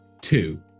two